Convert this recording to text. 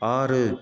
ஆறு